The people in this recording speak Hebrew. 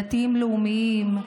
דתיים-לאומיים,